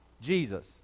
Jesus